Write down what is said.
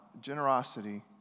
generosity